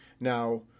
Now